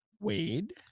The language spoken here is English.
Wade